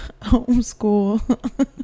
homeschool